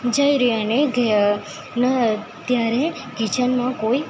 જઈ રહ્યા અને ત્યારે કિચનમાં કોઈ